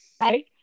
right